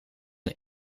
een